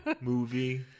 movie